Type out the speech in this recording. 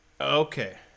okay